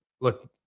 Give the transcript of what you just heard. Look